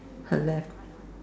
her left